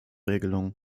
regelungen